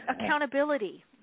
accountability